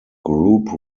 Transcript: group